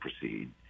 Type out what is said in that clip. proceed